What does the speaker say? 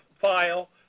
file